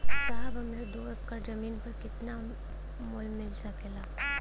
साहब हमरे दो एकड़ जमीन पर कितनालोन मिल सकेला?